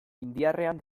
indiarrean